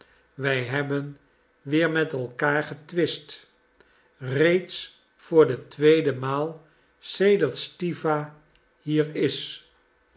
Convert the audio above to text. wij hebben weer met elkaar getwist reeds voor de tweede maal sedert stiwa hier is